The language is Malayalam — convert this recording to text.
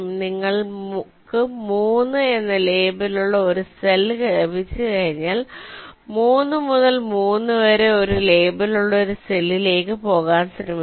നിങ്ങൾക്ക് 3 എന്ന ലേബലുള്ള ഒരു സെൽ ലഭിച്ചുകഴിഞ്ഞാൽ 3 മുതൽ 3 വരെ ഒരു ലേബലുള്ള ഒരു സെല്ലിലേക്ക് പോകാൻ ശ്രമിക്കും